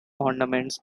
ornaments